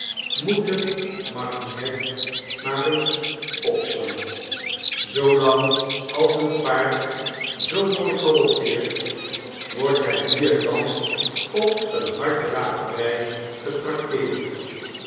moeten martinet maar eens opslaan zoo lang als een paard zoo mooi galoppeert wordt hy nu en dan op een harddravery getracteerd